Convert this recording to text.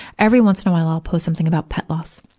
every once in a while, i'll post something about pet loss.